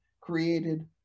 created